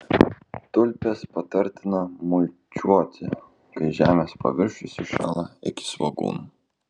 tulpes patartina mulčiuoti kai žemės paviršius įšąla iki svogūnų